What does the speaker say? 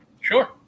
sure